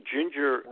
Ginger